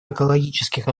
экологических